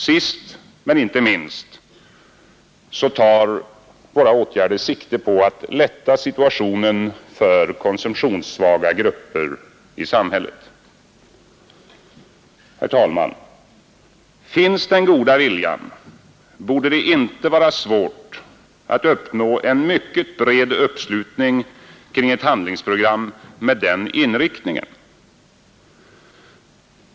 Sist men inte minst tar våra åtgärder sikte på att lätta situationen för konsumtionssvaga grupper i samhället. Finns den goda viljan borde det inte vara svårt att uppnå en mycket bred uppslutning kring ett handlingsprogram med den inriktningen.